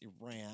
Iran